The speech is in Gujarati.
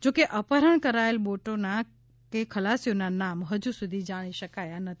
જો કે અપહરણ કરાયેલ બોટોના કે ખલાસીઓના નામ હજુ સુધી જાણી શકાયા નથી